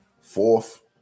Fourth